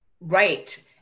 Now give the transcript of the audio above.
right